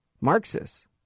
Marxists